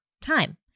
time